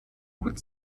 gut